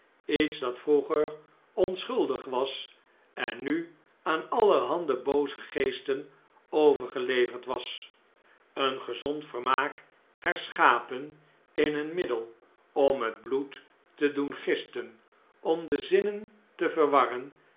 iets dat vroeger onschuldig was en nu aan allerhande booze geesten overgeleverd was een gezond vermaak herschapen in een middel om het bloed te doen gisten om de zinnente verwarren